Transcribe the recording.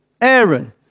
Aaron